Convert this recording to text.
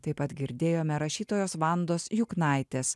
taip pat girdėjome rašytojos vandos juknaitės